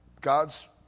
God's